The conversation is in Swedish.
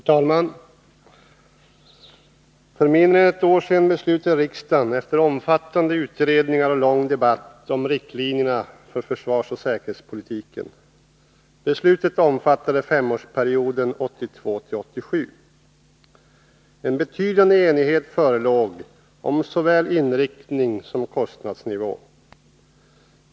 Herr talman! För mindre än ett år sedan beslutade riksdagen efter omfattande utredningar och lång debatt om riktlinjerna för försvarsoch säkerhetspolitiken. Beslutet omfattade femårsperioden 1982-1987. En betydande enighet förelåg om såväl inriktning som kostnadsnivå.